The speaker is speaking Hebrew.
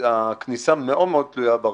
הכניסה מאוד תלויה ברישוי.